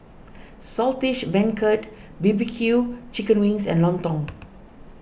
Saltish Beancurd B B Q Chicken Wings and Lontong